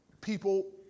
people